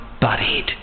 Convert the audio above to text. buried